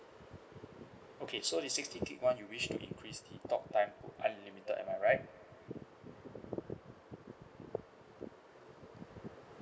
okay so the sixty gig [one] you wish to increase the talk time to unlimited am I right